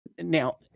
Now